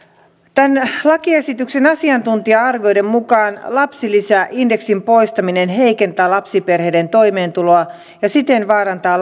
tämän lakiesityksen asiantuntija arvioiden mukaan lapsilisäindeksin poistaminen heikentää lapsiperheiden toimeentuloa ja siten vaarantaa